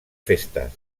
festes